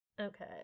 Okay